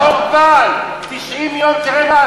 איזה חורבן תביאו בעוד ארבע שנים,